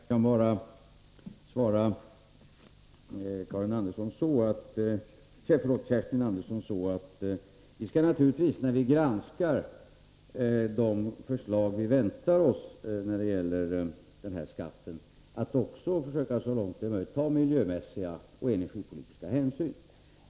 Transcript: Herr talman! Jag kan bara svara Kerstin Andersson att vi när vi granskar de förslag som vi väntar oss beträffande denna skatt naturligtvis skall försöka 133 att så långt som möjligt också ta miljömässiga och energipolitiska hänsyn.